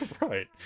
Right